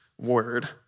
word